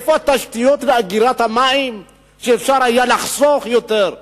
איפה התשתיות ואגירת המים, ואפשר היה לחסוך יותר?